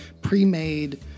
pre-made